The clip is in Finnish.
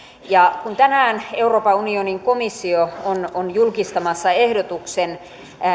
ja kun tänään euroopan unionin komissio on on julkistamassa ehdotuksen